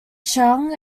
chang